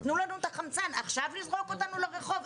תנו לנו את החמצן, עכשיו לזרוק אותנו לרחוב?